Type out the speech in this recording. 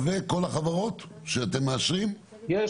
החברות שאתם מאשרים באחוז הצלחה שווה?